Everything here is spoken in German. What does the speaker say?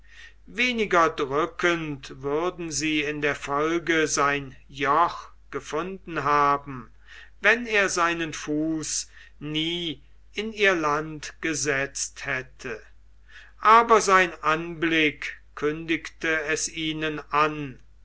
weniger drückend würden sie in der folge sein joch gefunden haben wenn er seinen fuß nie in ihr land gesetzt hätte aber sein anblick kündigte es ihnen an